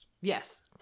Yes